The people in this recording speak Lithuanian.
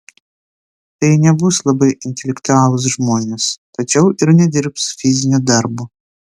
tai nebus labai intelektualūs žmonės tačiau ir nedirbs fizinio darbo